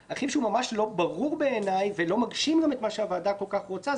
ממש לא ברור בעיניי וגם לא מגשים את מה שהוועדה כל כך רוצה,